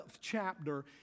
chapter